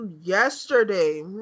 yesterday